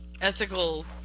ethical